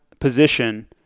position